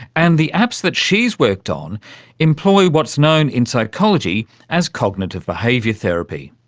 and the apps that she's worked on employ what's known in psychology as cognitive behaviour therapy.